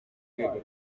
rwego